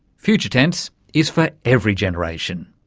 future tense is for every generation!